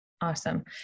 Awesome